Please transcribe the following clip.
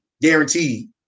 guaranteed